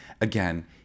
Again